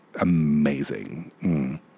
amazing